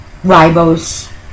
ribose